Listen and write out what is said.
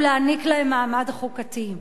ולהעניק להן מעמד חוקתי.